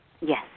Yes